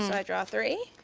and i draw three.